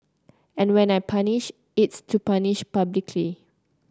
and when I punish it's to punish publicly